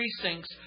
precincts